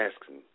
asking